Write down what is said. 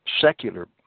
secular